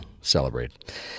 celebrate